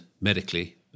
medically